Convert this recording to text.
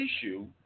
issue